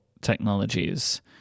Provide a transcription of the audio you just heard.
technologies